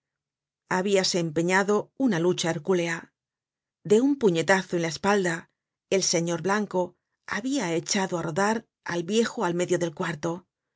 habíase empeñado una lucha hercúlea de un puñetazo en la espalda el señor blanco habia echado á rodar al viejo al medio del cuarto